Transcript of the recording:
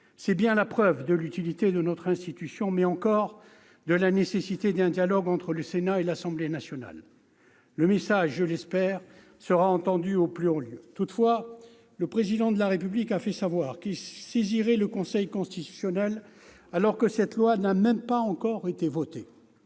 c'est bien là la preuve de l'utilité de notre institution, ainsi que de la nécessité d'un dialogue entre le Sénat et l'Assemblée nationale. Le message, je l'espère, sera entendu en haut lieu. Toutefois, le Président de la République a fait savoir qu'il saisirait le Conseil constitutionnel, alors que cette loi n'a même pas encore été votée.